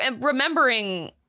remembering